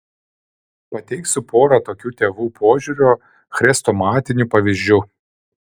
pateiksiu porą tokių tėvų požiūrio chrestomatinių pavyzdžių